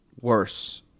worse